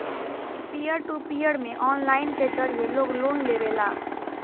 पियर to peer में online के जरिए लोग लोन लेवेला